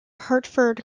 hartford